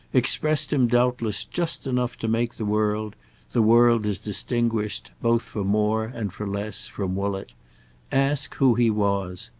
expressed him doubtless just enough to make the world the world as distinguished, both for more and for less, from woollett ask who he was.